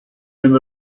den